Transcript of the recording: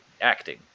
Acting